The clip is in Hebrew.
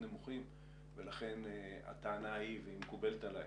נמוכים ולכן הטענה והיא מקובלת עליי